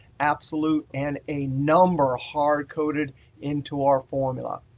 absolute, and a number a hardcoded into our formula.